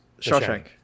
Shawshank